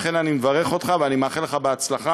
לכן אני מברך אותך ואני מאחל לך בהצלחה.